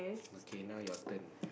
okay now your turn